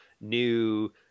new